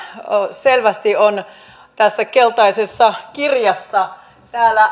selvästi tässä keltaisessa kirjassa